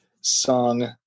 song